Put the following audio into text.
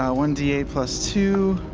ah one d eight plus two,